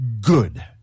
good